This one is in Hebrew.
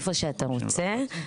איפה שאתה רוצה.